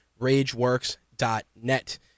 RageWorks.net